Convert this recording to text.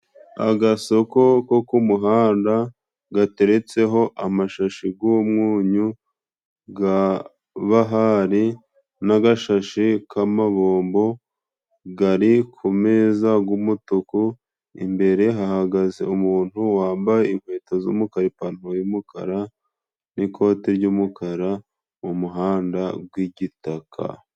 Agasoko ko k'umuhanda gateretseho amashashi g'umunyu ga bahari n'agashashi k'amabombo gari kumeza g'umutuku. Imbere hahagaze umuntu wambaye inkweto z'umukara, ipantaro' yumukara, n'ikoti ry'umukara mumuhanda gw'igitaka.